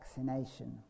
vaccination